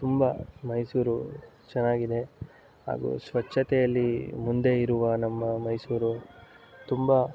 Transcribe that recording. ತುಂಬ ಮೈಸೂರು ಚೆನ್ನಾಗಿದೆ ಹಾಗೂ ಸ್ವಚ್ಛತೆಯಲ್ಲಿ ಮುಂದೆ ಇರುವ ನಮ್ಮ ಮೈಸೂರು ತುಂಬ